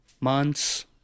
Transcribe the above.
months